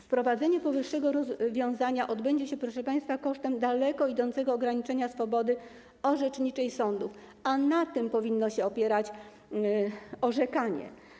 Wprowadzenie powyższego rozwiązania odbędzie się, proszę państwa, kosztem daleko idącego ograniczenia swobody orzeczniczej sądów – a na tym powinno opierać orzekanie.